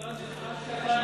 נראה שאתה נהנה מזה.